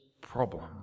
problem